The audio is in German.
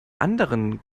anderen